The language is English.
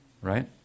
Right